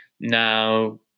Now